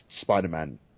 Spider-Man